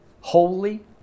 holy